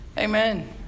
amen